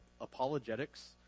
apologetics